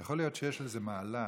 יכול להיות שיש לזה מעלה,